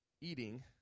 eating